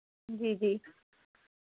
जी जी